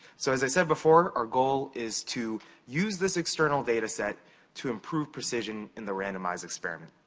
so, as i said before, our goal is to use this external data set to improve precision in the randomized experiment.